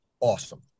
Awesome